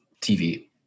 TV